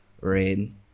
Rain